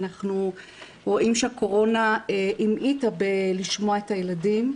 אנחנו רואים שהקורונה המעיטה בלשמוע את הילדים,